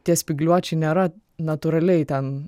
tie spygliuočiai nėra natūraliai ten